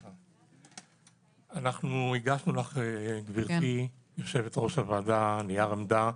אנחנו הגשנו לך גברתי יושבת ראש הוועדה,